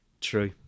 True